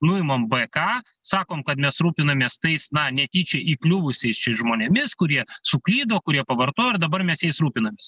nuimam b k sakom kad mes rūpinamės tais na netyčia įkliuvusiais šiais žmonėmis kurie suklydo kurie pavartojo ir dabar mes jais rūpinamės